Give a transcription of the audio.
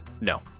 No